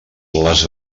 les